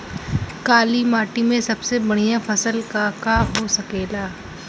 काली माटी में सबसे बढ़िया फसल का का हो सकेला?